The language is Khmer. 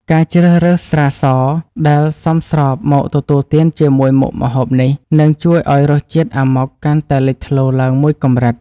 ការជ្រើសរើសស្រាសដែលសមស្របមកទទួលទានជាមួយមុខម្ហូបនេះនឹងជួយឱ្យរសជាតិអាម៉ុកកាន់តែលេចធ្លោឡើងមួយកម្រិត។